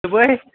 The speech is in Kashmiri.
صبُحٲے